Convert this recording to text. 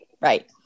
Right